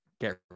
get